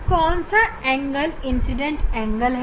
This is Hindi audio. अब कौन सा एंगल इंसिडेंट एंगल है